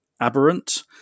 Aberrant